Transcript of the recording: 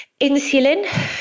insulin